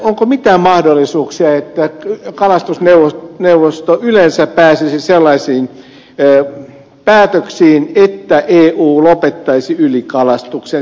onko mitään mahdollisuuksia että kalastusneuvosto yleensä pääsisi sellaisiin päätöksiin että eu lopettaisi ylikalastuksen